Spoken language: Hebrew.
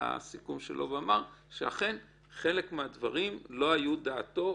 בסיכום שלו ואמר שאכן חלק מהדברים לא היו דעתו,